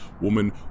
woman